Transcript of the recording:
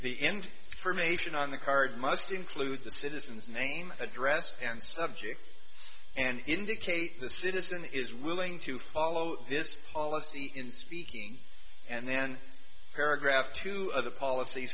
the end for mation on the card must include the citizens name address and subject and indicate the citizen is willing to follow this policy in speaking and then paragraph to other policy